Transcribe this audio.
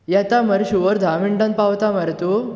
येता मरे शूवर धा मिनटान पावता मरे तूं